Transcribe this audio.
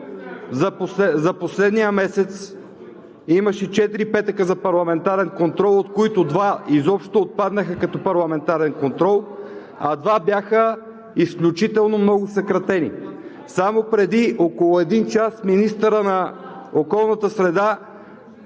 За последния месец имаше четири петъка за парламентарен контрол, от които два изобщо отпаднаха като парламентарен контрол, а два бяха изключително много съкратени. Само преди около един час министърът на околната среда